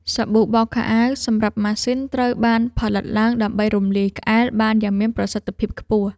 សាប៊ូបោកខោអាវសម្រាប់ម៉ាស៊ីនត្រូវបានផលិតឡើងដើម្បីរំលាយក្អែលបានយ៉ាងមានប្រសិទ្ធភាពខ្ពស់។